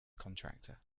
contractor